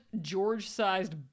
George-sized